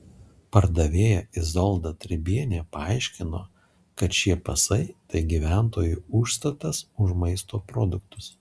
pardavėja izolda tribienė paaiškino kad šie pasai tai gyventojų užstatas už maisto produktus